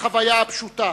בחוויה הפשוטה,